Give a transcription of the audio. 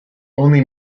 only